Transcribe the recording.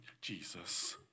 Jesus